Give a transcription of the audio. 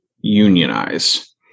unionize